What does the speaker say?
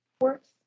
works